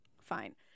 fine